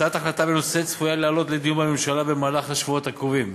הצעת החלטה בנושא צפויה לעלות לדיון בממשלה במהלך השבועות הקרובים.